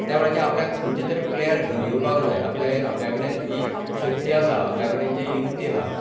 त्या वेळाचेर आपल्याक खंयच्या तरी प्लेयर घेवन येवपाक जाय आपल्या कडेन जी शक्ती आसा आपल्या कडेन जी युक्ती आहां